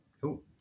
Cool